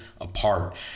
apart